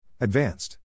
Advanced